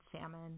salmon